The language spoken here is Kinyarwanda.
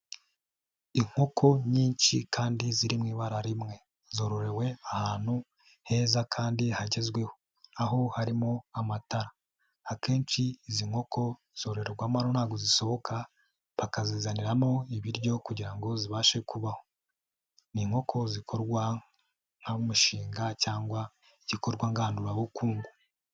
Inkoko nyinshi kandi ziri mu ibara rimwe. zororewe ahantu heza kandi hagezweho, aho harimo amatara. Akenshi izi nkoko zororerwamo hano ntabwo zisohoka bakazizaniramo ibiryo kugira ngo zibashe kubaho. Ni inkoko zikorwa nk'umushinga cyangwa igikorwa ngandurabukungu.